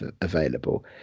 available